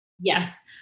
Yes